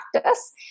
practice